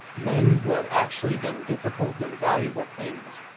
men who have actually done difficult and valuable things,